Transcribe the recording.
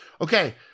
Okay